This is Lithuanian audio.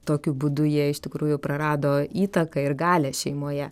tokiu būdu jie iš tikrųjų prarado įtaką ir galią šeimoje